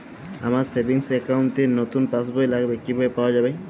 আমার savings account র নতুন পাসবই লাগবে, কিভাবে পাওয়া যাবে?